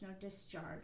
discharge